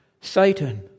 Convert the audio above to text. Satan